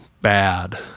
bad